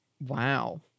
Wow